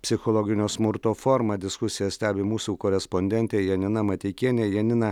psichologinio smurto forma diskusiją stebi mūsų korespondentė janina mateikienė janina